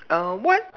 err what